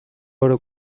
oro